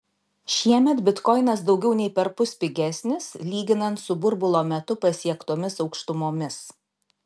šiemet bitkoinas daugiau nei perpus pigesnis lyginant su burbulo metu pasiektomis aukštumomis